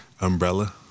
umbrella